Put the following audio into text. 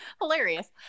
Hilarious